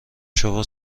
شما